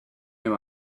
near